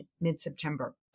mid-September